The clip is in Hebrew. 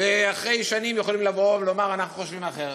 ואחרי שנים יכולים לבוא ולומר: אנחנו חושבים אחרת.